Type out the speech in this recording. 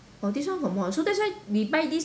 oh this one got more so that's why we buy this